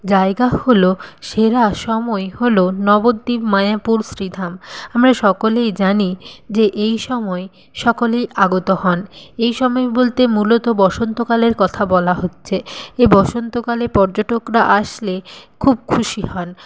জায়গা হল সেরা সময় হল নবদ্বীপ মায়াপুর শ্রীধাম আমরা সকলেই জানি যে এই সময় সকলেই আগত হন এই সময় বলতে মূলত বসন্তকালের কথা বলা হচ্ছে এ বসন্তকালে পর্যটকরা আসলে খুব খুশি হন